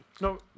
no